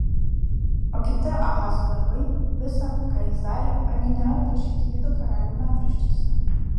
o kiti ahazo darbai visa ką jis darė argi nėra aprašyti judo karalių metraščiuose